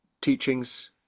teachings